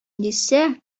дисә